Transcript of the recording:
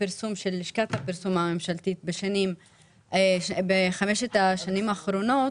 הפרסום של לשכת הפרסום הממשלתית בחמשת השנים האחרונות,